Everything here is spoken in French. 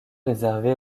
réservé